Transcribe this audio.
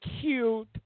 cute